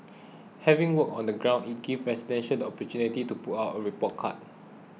having worked on the ground it gives residents the opportunity to put out a report card